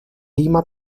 lima